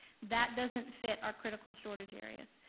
that doesn't fit our critical shortage areas.